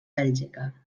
bèlgica